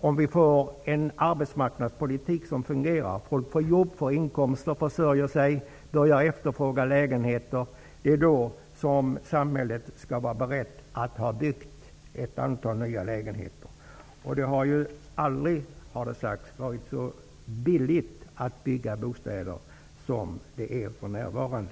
om vi får en arbetsmarknadspolitik som fungerar så att folk får jobb och inkomster, kan försörja sig och börjar efterfråga lägenheter. Det är då samhället skall vara berett och ett antal nya lägenheter skall ha byggts. Det har sagts att det aldrig har varit så billigt att bygga bostäder som det är för närvarande.